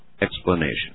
explanation